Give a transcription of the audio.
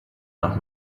nach